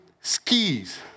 skis